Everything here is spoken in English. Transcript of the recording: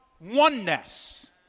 oneness